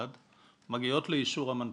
מגיעות לאישור המנפיק.